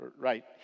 right